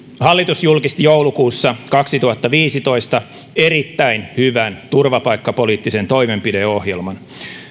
hallitus julkisti joulukuussa kaksituhattaviisitoista erittäin hyvän turvapaikkapoliittisen toimenpideohjelman